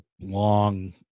long